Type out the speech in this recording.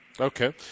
Okay